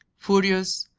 furious,